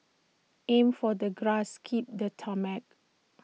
aim for the grass skip the tarmac